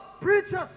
preachers